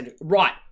Right